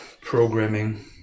programming